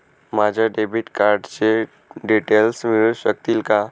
माझ्या डेबिट कार्डचे डिटेल्स मिळू शकतील का?